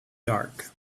dark